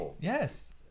yes